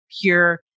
pure